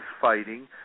fighting